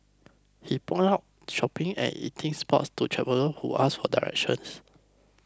he points out shopping and eating spots to traveller who ask for directions